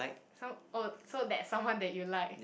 so oh so that someone that you like